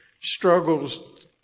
struggles